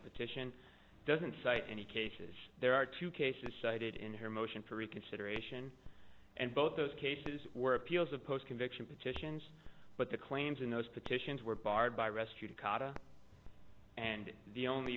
petition doesn't cite any cases there are two cases cited in her motion for reconsideration and both those cases were appeals of post conviction petitions but the claims in those petitions were barred by rescue to kata and the only